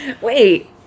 Wait